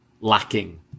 lacking